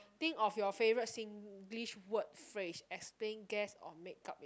think of your favourite singlish word phrase explain guess or make up with